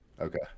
Okay